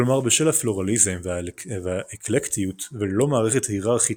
כלומר בשל הפלורליזם והאקלקטיות וללא מערכת היררכית